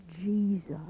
Jesus